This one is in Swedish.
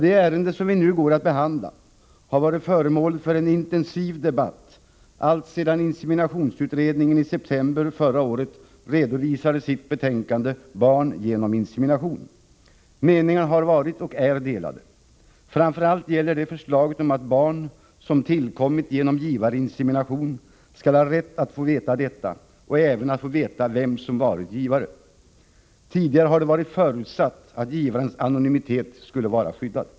Det ärende som vi nu går att behandla har varit föremål för en intensiv debatt alltsedan inseminationsutredningen i september förra året redovisade sitt betänkande Barn genom insemination. Meningarna har varit och är delade. Framför allt gäller det förslaget om att barn, som tillkommit genom givarinsemination, skall ha rätt att få veta detta och även få veta vem som varit givare. Tidigare har det varit förutsatt att givarens anonymitet skulle vara skyddad.